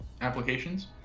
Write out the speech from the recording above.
applications